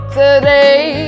today